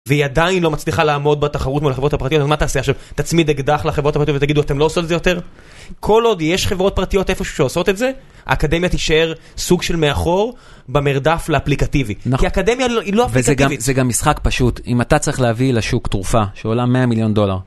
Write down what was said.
והיא עדיין לא מצליחה לעמוד בתחרות מול החברות הפרטיות, אז מה תעשה עכשיו? תצמיד אקדח לחברות הפרטיות ותגידו אתם לא עושות את זה יותר? כל עוד יש חברות פרטיות איפשהו שעושות את זה, האקדמיה תישאר סוג של מאחור, במרדף לאפליקטיבי. כי אקדמיה היא לא אפליקטיבית. וזה גם משחק פשוט. אם אתה צריך להביא לשוק תרופה, שעולה 100 מיליון דולר.